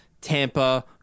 Tampa